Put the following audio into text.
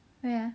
where ah